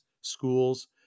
schools